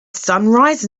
sunrise